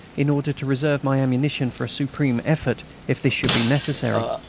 in order to reserve my ammunition for a supreme effort, if this should be necessary.